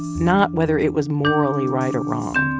not whether it was morally right or wrong.